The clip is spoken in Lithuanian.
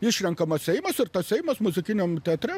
išrenkamas seimas ir tas seimas muzikiniam teatre